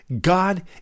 god